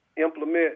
implement